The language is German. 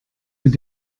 mit